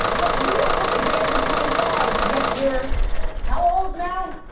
but you don't look a day over twenty five yet you're how old now?